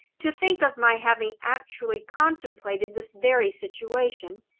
to think of my having actually contemplated this very situation,